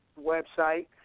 website